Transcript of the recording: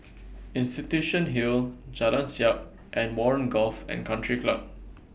Institution Hill Jalan Siap and Warren Golf and Country Club